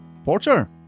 Porter